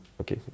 okay